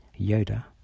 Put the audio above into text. Yoda